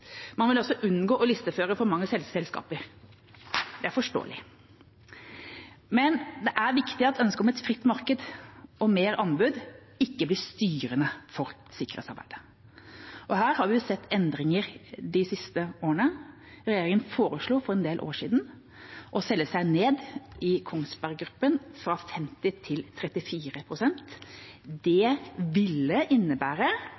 Man vil altså unngå å listeføre for mange selskaper. Det er forståelig. Men det er viktig at ønsket om et fritt marked og mer anbud ikke blir styrende for sikkerhetsarbeidet. Her har vi sett endringer de siste årene. Regjeringa foreslo for en del år siden å selge seg ned i Kongsberg Gruppen, fra 50 til 34 pst. Det ville innebære